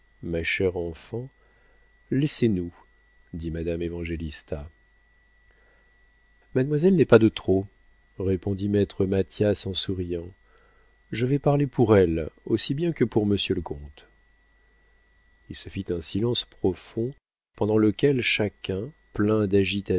ma chère enfant laissez-nous dit madame évangélista mademoiselle n'est pas de trop répondit maître mathias en souriant je vais parler pour elle aussi bien que pour monsieur le comte il se fit un silence profond pendant lequel chacun plein